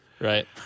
Right